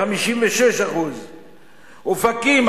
56%; אופקים,